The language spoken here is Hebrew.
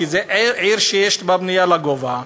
כי זו עיר שיש בה בנייה לגובה.